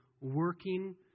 working